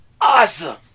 awesome